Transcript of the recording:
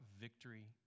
victory